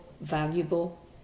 valuable